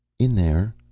in there.